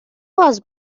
was